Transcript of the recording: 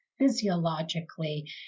physiologically